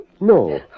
No